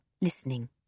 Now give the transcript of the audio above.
listening